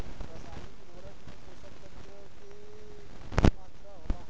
रसायनिक उर्वरक में पोषक तत्व के की मात्रा होला?